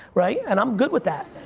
right? and i'm good with that.